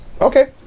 Okay